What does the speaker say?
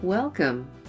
Welcome